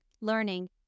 learning